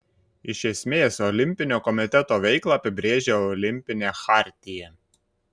iš esmės olimpinio komiteto veiklą apibrėžia olimpinė chartija